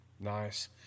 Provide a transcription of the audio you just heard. Nice